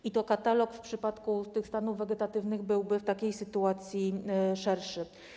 I to katalog w przypadku tych stanów wegetatywnych byłby w takiej sytuacji szerszy.